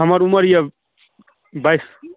हमर उमर अइ बाइस